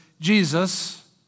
Jesus